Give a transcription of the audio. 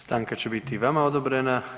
Stanka će biti i vama odobrena.